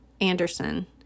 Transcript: Anderson